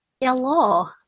hello